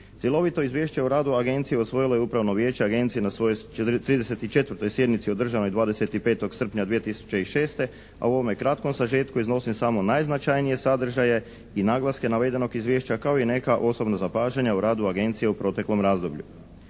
Cjelovito izvješće o radu Agencije usvojilo je Upravno vijeće Agencije na 34. sjednici održanoj 25. srpnja 2006., a u ovome kratkom sažetku iznosim samo najznačajnije sadržaje i naglaske navedenog izvješća kao i neka osobna zapažanja u radu Agencije u proteklom razdoblju.